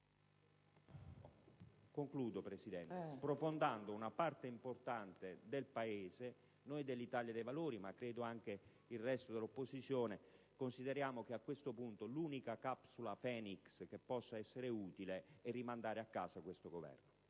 signora Presidente, che, sprofondando una parte importante del Paese, noi dell'Italia dei Valori (e credo anche il resto dell'opposizione) consideriamo che a questo punto l'unica capsula Phoenix utile sia rimandare a casa questo Governo.